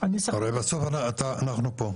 --- אבל בסוף אנחנו פה,